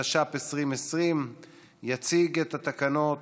התש"ף 2020. יציג את התקנות